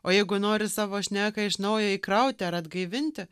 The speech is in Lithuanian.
o jeigu nori savo šneką iš naujo įkrauti ar atgaivinti